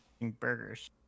burgers